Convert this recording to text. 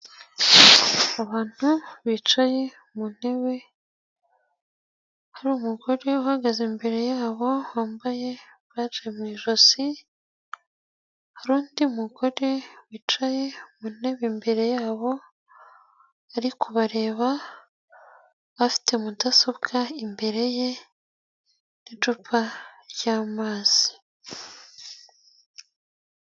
Abantu bicaye mu ntebe hari umugore uhagaze imbere yabo wambaye baje mu ijosi, hari undi mugore wicaye mu ntebe imbere yabo ari kubareba, afite mudasobwa imbere ye n'icupa ry'amazi.